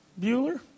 Bueller